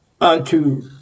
unto